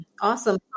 Awesome